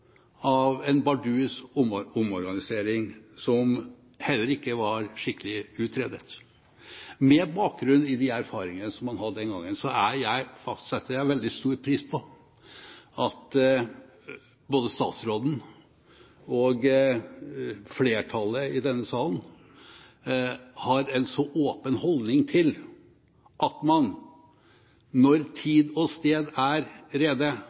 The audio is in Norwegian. av en bardus omorganisering, som heller ikke var skikkelig utredet. Med bakgrunn i de erfaringene man fikk den gang, setter jeg veldig stor pris på at både statsråden og flertallet i denne salen har en så åpen holdning til at man, når tid og sted er rede,